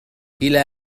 إلى